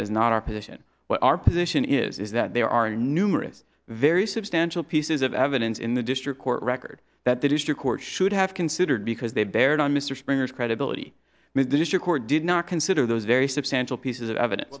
that is not our position what our position is is that there are numerous very substantial pieces of evidence in the district court record that the district court should have considered because they bear on mr springer's credibility mr gore did not consider those very substantial pieces of evidence